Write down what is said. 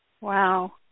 Wow